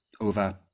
over